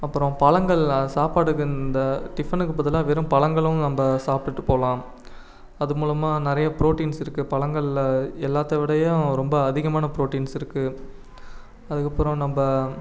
அப்புறம் பழங்கள் சாப்பாடுக்கு இந்த டிஃபனுக்குப் பதிலாக வெறும் பழங்களும் நம்ம சாப்பிட்டுட்டு போகலாம் அது மூலமாக நிறைய புரோட்டீன்ஸ் இருக்குது பழங்களில் எல்லாத்தவிடயும் ரொம்ப அதிகமான புரோட்டீன்ஸ் இருக்குது அதுக்கப்புறம் நம்ம